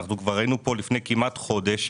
היינו פה לפני כמעט חודש.